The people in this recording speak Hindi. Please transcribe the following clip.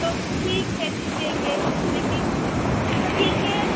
तो ठीक है दे देंगे लेकिन तो ठीक है